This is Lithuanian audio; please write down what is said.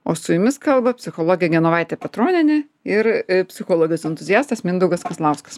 o su jumis kalba psichologė genovaitė petronienė ir psichologas entuziastas mindaugas kazlauskas